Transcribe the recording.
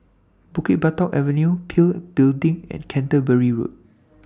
Bukit Batok Avenue PIL Building and Canterbury Road